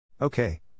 Okay